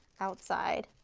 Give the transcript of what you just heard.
outside,